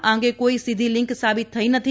આ અંગે કોઇ સીધી લીંક સાબિત થઇ નથી